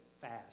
fast